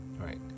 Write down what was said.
right